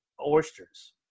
oysters